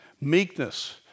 meekness